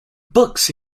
books